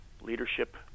leadership